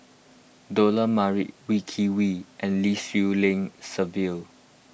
Dollah Majid Wee Kim Wee and Lim Swee Lian Sylvia